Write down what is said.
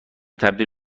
تبدیل